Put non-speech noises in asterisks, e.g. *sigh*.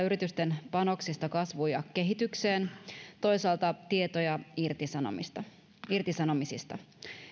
*unintelligible* yritysten panoksista kasvuun ja kehitykseen toisaalta tietoja irtisanomisista irtisanomisista